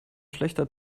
schlechter